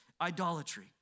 idolatry